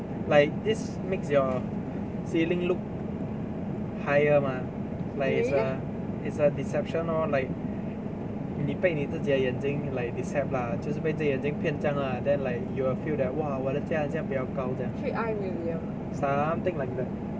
like this makes your ceiling look higher mah like it's a it's a deception lor like 你被你自己的眼睛 like decept~ lah 就是被自己的眼睛骗这样啦 like you will feel !wah! 我的家好像比较高这样 something like that